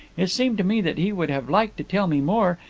it seemed to me that he would have liked to tell me more,